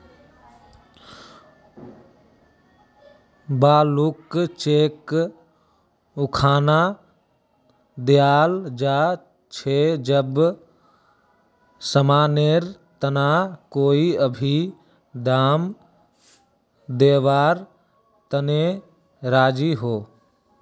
blank cheque उखना दियाल जा छे जब समानेर तने कोई भी दाम दीवार तने राज़ी हो